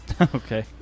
Okay